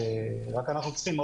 רק שאנחנו צריכים להבין,